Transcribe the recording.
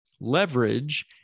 leverage